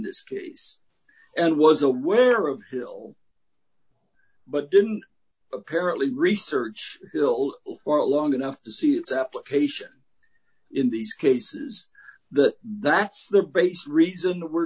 this case and was aware of hill but didn't apparently research hill for long enough to see its application in these cases that that's the base reason